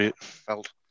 felt